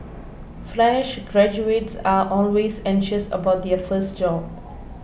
fresh graduates are always anxious about their first job